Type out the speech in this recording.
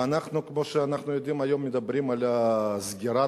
ואנחנו, כמו שאנחנו יודעים, היום מדברים על סגירת